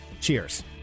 Cheers